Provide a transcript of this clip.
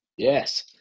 Yes